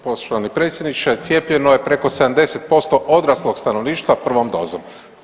Poštovani predsjedniče cijepljeno je preko 70% odraslog stanovništva prvom dozom.